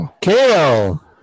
Kale